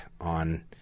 on